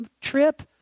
trip